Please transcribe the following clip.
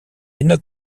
enoch